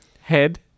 Head